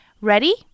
Ready